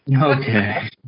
Okay